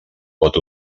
vot